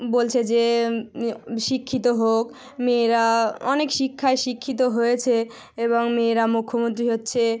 বলছে যে শিক্ষিত হোক মেয়েরা অনেক শিক্ষায় শিক্ষিত হয়েছে এবং মেয়েরা মুখ্যমন্ত্রী হচ্ছে